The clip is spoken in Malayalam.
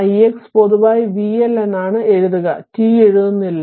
ix പൊതുവായി vL എന്നാണ് എഴുതുക t എഴുതുന്നില്ല